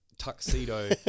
tuxedo